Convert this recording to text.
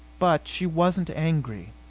but she wasn't angry.